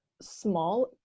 small